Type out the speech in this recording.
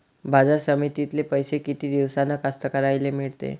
बाजार समितीतले पैशे किती दिवसानं कास्तकाराइले मिळते?